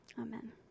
Amen